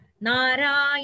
Narayana